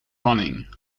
running